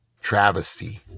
travesty